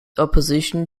opposition